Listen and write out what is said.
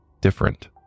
different